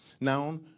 Now